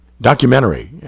documentary